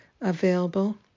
available